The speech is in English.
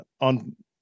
on